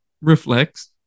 reflects